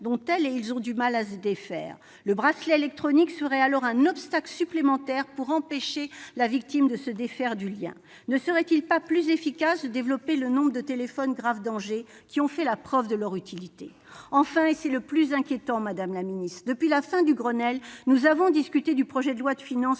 dont elles ont du mal à se défaire. Le bracelet électronique serait alors un obstacle supplémentaire au fait, pour la victime, de se défaire du lien. Ne serait-il pas plus efficace de développer le nombre de téléphones grave danger, qui ont fait la preuve de leur utilité ? Enfin- c'est le plus inquiétant, madame la garde des sceaux -, depuis la fin du Grenelle, nous avons discuté du projet de loi de finances